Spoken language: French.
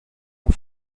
ont